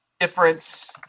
difference